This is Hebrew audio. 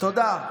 תודה.